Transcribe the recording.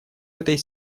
этой